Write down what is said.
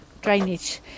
drainage